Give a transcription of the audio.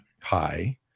high